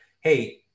Hey